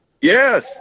Yes